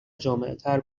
جامعتر